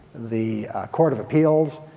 the court of appeals,